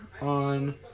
on